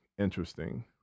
interesting